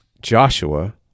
Joshua